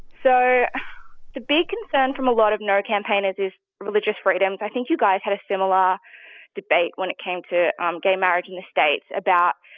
so the big concern from a lot of no-campaigners is religious freedom. i think, you guys had a similar debate when it came to um gay marriage in the states about,